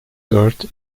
dört